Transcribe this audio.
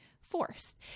forced